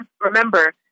Remember